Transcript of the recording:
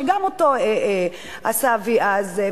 שגם אותו עשה אבי אז,